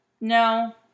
No